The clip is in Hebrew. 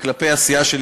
וכלפי הסיעה שלי,